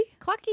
Clucky